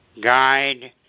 guide